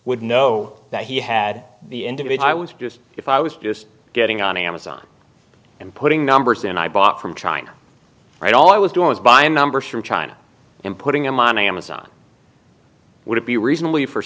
would know that he had the end of it i was just if i was just getting on amazon and putting numbers in i bought from china right all i was doing was buying numbers from china and putting them on amazon would it be reasonably for